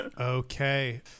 Okay